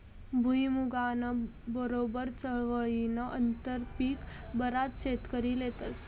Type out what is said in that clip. भुईमुंगना बरोबर चवळीनं आंतरपीक बराच शेतकरी लेतस